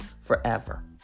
forever